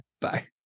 Bye